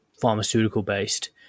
pharmaceutical-based